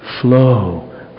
flow